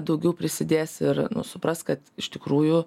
daugiau prisidės ir supras kad iš tikrųjų